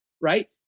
right